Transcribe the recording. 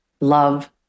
love